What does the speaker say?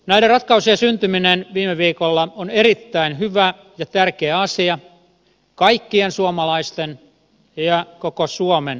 näiden ratkaisujen syntyminen viime viikolla on erittäin hyvä ja tärkeä asia kaikkien suomalaisten ja koko suomen kannalta